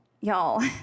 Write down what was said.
y'all